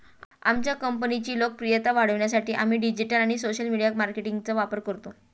आमच्या कंपनीची लोकप्रियता वाढवण्यासाठी आम्ही डिजिटल आणि सोशल मीडिया मार्केटिंगचा वापर करतो